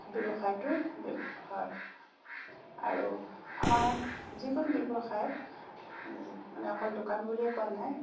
ব্যৱসায়টো হয় আৰু আমাৰ যিকোনো ব্যৱসায় মানে অকল দোকান বুলিয়ে কোৱা নাই